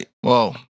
Whoa